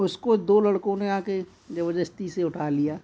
उसको दो लड़कों ने आके जबरदस्ती से उठा लिया